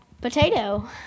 potato